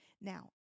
Now